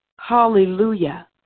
Hallelujah